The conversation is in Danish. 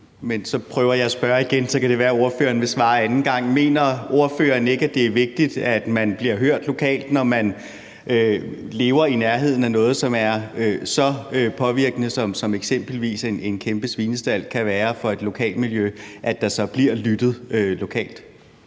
Jeg prøver at spørge igen, og så kan det være, at ordføreren vil svare denne gang: Mener ordføreren ikke, at det er vigtigt, at man bliver hørt lokalt, når man lever i nærheden af noget, som er så påvirkende, som eksempelvis en kæmpe svinestald kan være for et lokalmiljø? Kl. 16:52 Formanden (Henrik